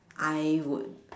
I would